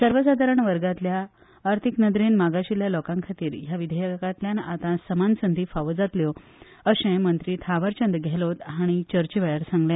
सर्वसाधारण वर्गातल्या अर्तिक नदरेन मागाशिल्ल्या लोकांखातीर ह्या विधेयकातल्यान आता समान संधी फावो जातल्यो अशें मंत्री थावरचंद गेहलोत हांणी चर्चे वेळार सांगले